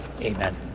Amen